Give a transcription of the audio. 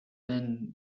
been